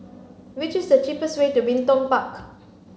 what is the cheapest way to Bin Tong Park